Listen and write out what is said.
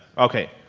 okay,